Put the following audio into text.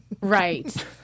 Right